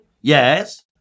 Yes